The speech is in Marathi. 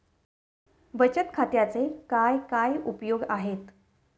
बचत खात्याचे काय काय उपयोग आहेत?